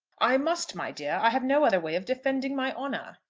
i must, my dear. i have no other way of defending my honour.